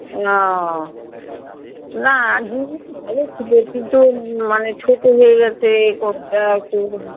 ও না জিনিসগুলি ভালো ছিলো কিন্তু মানে ছোটো হয়ে গেছে কোনোটা একটু